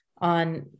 on